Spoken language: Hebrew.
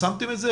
פרסמתם את זה?